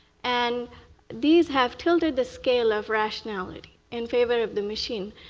and these have tilted the scale of rationality in favor of the machine.